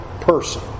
person